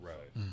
Right